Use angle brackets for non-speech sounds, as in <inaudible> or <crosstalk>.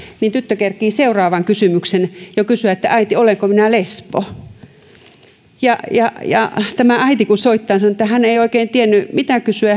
niin tyttö kerkiää seuraavan kysymyksen jo kysyä että äiti olenko minä lesbo ja ja kun tämä äiti soittaa niin hän sanoo että hän ei oikein tiennyt mitä kysyä <unintelligible>